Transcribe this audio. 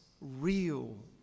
real